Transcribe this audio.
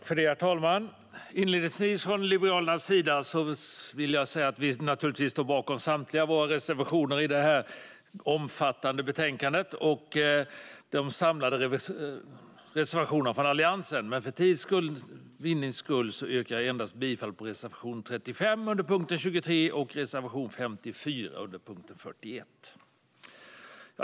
Herr talman! Inledningsvis vill jag från Liberalernas sida säga att vi naturligtvis står bakom samtliga våra reservationer i detta omfattande betänkande och de samlade reservationerna från Alliansen, men för tids vinnande yrkar jag bifall endast till reservation 35 under punkt 23 och reservation 54 under punkt 41.